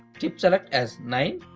chipselect as nine,